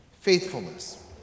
faithfulness